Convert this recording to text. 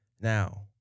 Now